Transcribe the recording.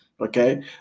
Okay